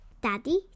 Daddy